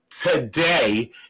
today